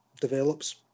develops